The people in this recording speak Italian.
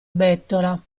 bettola